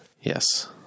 Yes